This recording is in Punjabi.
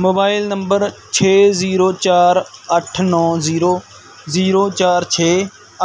ਮੋਬਾਈਲ ਨੰਬਰ ਛੇ ਜ਼ੀਰੋ ਚਾਰ ਅੱਠ ਨੌਂ ਜ਼ੀਰੋ ਜ਼ੀਰੋ ਚਾਰ ਛੇ